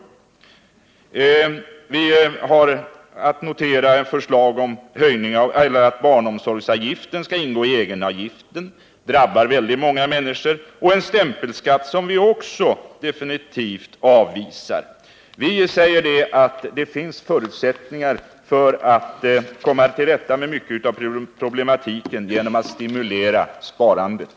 Vi har vidare att notera ett förslag om att barnomsorgsavgiften skall ingå i egenavgiften, vilket skulle drabba väldigt många människor, och en stämpelskatt, som vi också definitivt avvisar. Vi säger att det i stället finns förutsättningar för att komma till rätta med mycket av problematiken genom att stimulera sparandet.